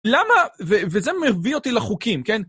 למה, וזה מביא אותי לחוקים, כן?